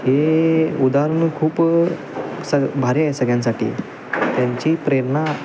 हे उदाहरण खूप सग भारी आहे सगळ्यांसाठी त्यांची प्रेरणा